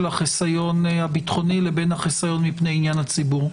החיסיון הביטחוני לזה מפני עניין הציבור.